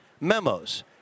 memos